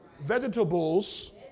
vegetables